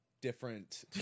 different